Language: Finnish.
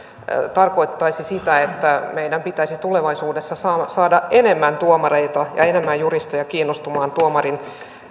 tarkoittaisi sitä että meidän pitäisi tulevaisuudessa saada enemmän tuomareita ja enemmän juristeja kiinnostumaan tuomarin